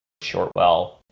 Shortwell